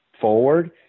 forward